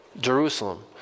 Jerusalem